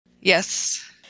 Yes